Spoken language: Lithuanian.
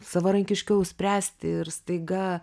savarankiškiau spręsti ir staiga